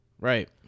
right